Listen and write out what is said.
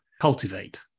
cultivate